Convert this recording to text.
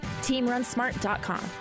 teamrunsmart.com